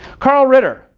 carl ritter,